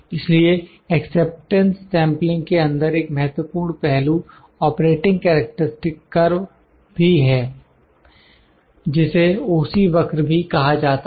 इसलिए acceptance sampling के अंदर एक महत्वपूर्ण पहलू ऑपरेटिंग कैरेक्टरिक्स्टिक्स करव भी है जिसे OC वक्र भी कहा जाता है